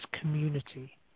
community